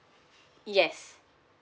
yes